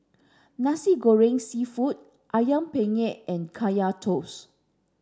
Nasi Goreng Seafood Ayam Penyet and Kaya Toast